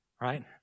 right